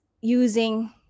using